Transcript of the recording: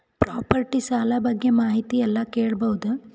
Property ಸಾಲ ಬಗ್ಗೆ ಮಾಹಿತಿ ಎಲ್ಲ ಕೇಳಬಹುದು?